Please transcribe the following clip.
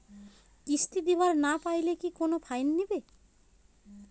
কিস্তি দিবার না পাইলে কি কোনো ফাইন নিবে?